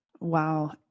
Wow